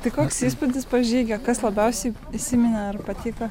tai koks įspūdis po žygio kas labiausiai įsiminė ar patiko